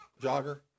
jogger